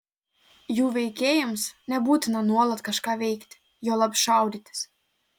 jų veikėjams nebūtina nuolat kažką veikti juolab šaudytis